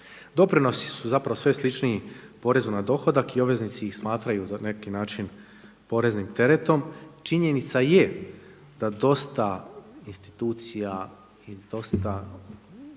Doprinosi su zapravo sve sličniji porezu na dohodak i obveznici ih smatraju na neki način poreznim teretom. Činjenica je da dosta institucija i dosta